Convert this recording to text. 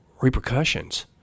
repercussions